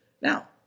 Now